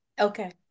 Okay